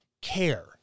care